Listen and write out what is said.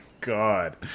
God